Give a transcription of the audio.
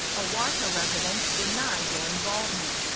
awarta residents denied their involvement.